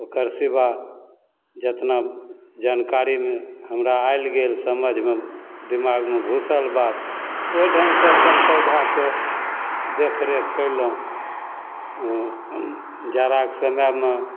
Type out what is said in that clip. ओकर सेवा जेतना जानकारीमे हमरा आयल गेल समझमे दिमागमे घुसल बात ओइ ढङ्गसँ अपन पौधाके देखरेख कयलहुँ जाड़ाके समयमे